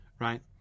Right